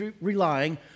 relying